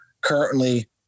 currently